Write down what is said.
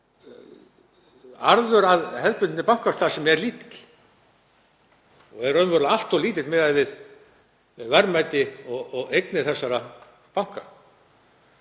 Arður af hefðbundinni bankastarfsemi er lítill og raunverulega allt of lítill miðað við verðmæti og eignir þessara banka.